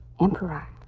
Emperor